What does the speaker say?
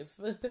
life